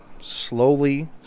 slowly